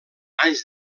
anys